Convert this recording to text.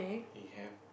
he have